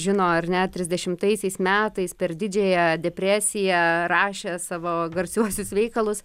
žino ar net trisdešimtaisiais metais per didžiąją depresiją rašė savo garsiuosius veikalus